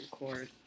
record